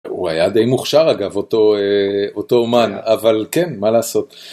הוא היה די מוכשר אגב, אותו אומן, אבל כן, מה לעשות.